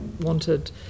wanted